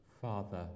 Father